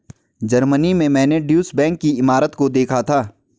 Germany में मैंने Deutsche Bank की इमारत को देखा था